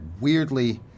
weirdly